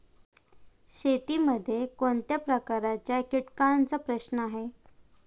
शेतीमध्ये कोणत्या प्रकारच्या कीटकांचा प्रश्न आहे?